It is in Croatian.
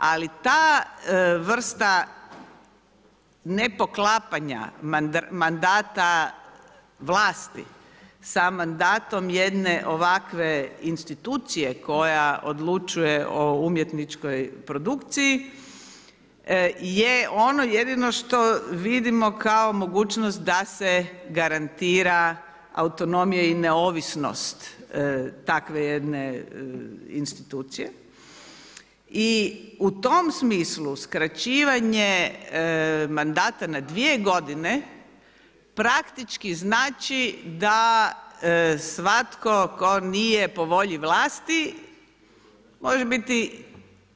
Ali ta vrsta nepoklapanja mandata vlasti sa mandatom jedne ovakve institucije koja odlučuje o umjetničkoj produkciji je ono jedino što vidimo kao mogućnost da se garantira autonomija i neovisnost takve jedne institucije i u tom smislu skraćivanje mandata na 2 godine praktički znači da svatko tko nije po volji vlasti, može biti